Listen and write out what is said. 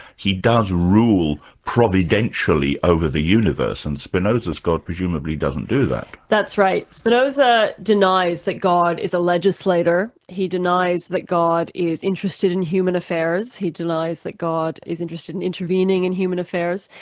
he does rule providentially over the universe and spinoza's god presumably doesn't do that. that's right. spinoza denies that god is a legislator, he denies that god is interested in human affairs, he denies that god is interested in intervening in human affairs.